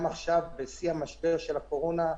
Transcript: גם עכשיו בשיא המשבר של הקורונה,